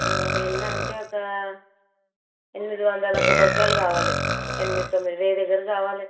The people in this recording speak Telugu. ఎన్ని అంటే ఒక ఎనిమిది వందల కొబ్బరికాయలు కావాలి ఎనిమిది తొమ్మిది వేయ్య దగ్గర కావాలి